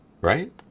right